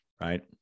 right